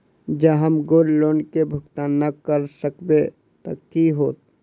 जँ हम gold loan केँ भुगतान न करऽ सकबै तऽ की होत?